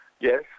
yes